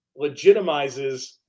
legitimizes